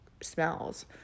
smells